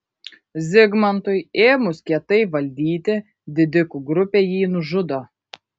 zigmantui ėmus kietai valdyti didikų grupė jį nužudo